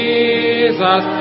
Jesus